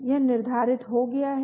यह निर्धारित हो गया है